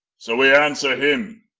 so we answer him,